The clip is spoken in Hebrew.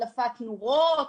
החלפת נורות,